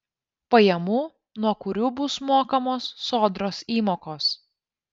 pajamų nuo kurių bus mokamos sodros įmokos